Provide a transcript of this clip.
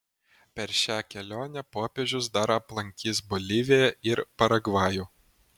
per šią kelionę popiežius dar aplankys boliviją ir paragvajų